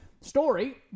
story